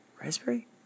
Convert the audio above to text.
raspberry